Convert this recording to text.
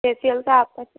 facial का आपका charge